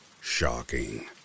shocking